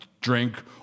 drink